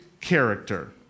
character